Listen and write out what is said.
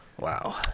Wow